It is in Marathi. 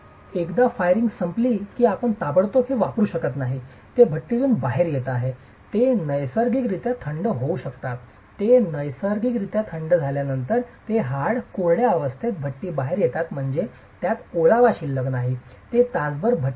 एकदा फायरिंग संपली की आपण ताबडतोब ते वापरू शकत नाही ते भट्टीतून बाहेर येत आहेत ते नैसर्गिकरित्या थंड होऊ शकतात ते नैसर्गिकरित्या थंड होऊ शकतात ते हाड कोरड्या अवस्थेत भट्टीतून बाहेर येतात म्हणजे त्यात ओलावा शिल्लक नाही तो तासभर भट्टीत असतो